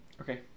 Okay